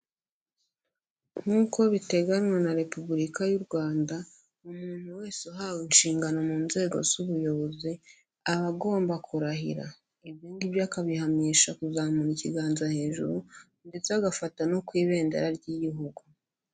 Nk'uko biteganywa na Repubulika y'u Rwanda, umuntu wese uhawe inshingano mu nzego z'ubuyobozi aba agomba kurahira, ibyo ngibyo akabihamisha kuzamura ikiganza hejuru, ndetse agafata no ku ibendera ry'igihugu.